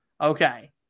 Okay